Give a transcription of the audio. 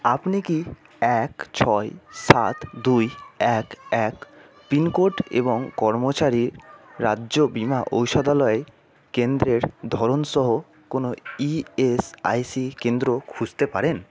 আপনি কি এক ছয় সাত দুই এক এক পিনকোড এবং কর্মচারী রাজ্য বীমা ঔষধালয় কেন্দ্রের ধরন সহ কোনও ই এস আই সি কেন্দ্র খুঁজতে পারেন